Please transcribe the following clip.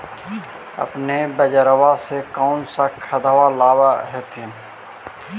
अपने बजरबा से कौन सा खदबा लाब होत्थिन?